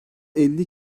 elli